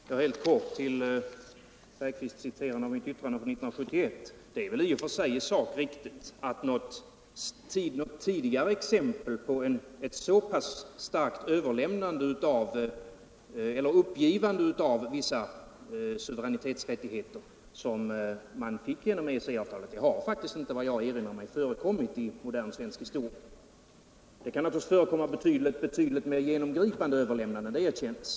Herr talman! Jag vill helt kort kommentera herr Bergqvists citat av mitt yttrande 1971. Det är väl i sak riktigt att något tidigare exempel på ett så pass oförbehållsamt uppgivande av vissa suveränitetsrättigheter som EEC avtalet innebar faktiskt inte, såvitt jag erinrar mig, har förekommit i modern svensk historia. Det kan naturligtvis förekomma överlämnande av sådana rättigheter som är betydligt mer genomgripande, det erkännes.